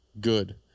good